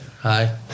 Hi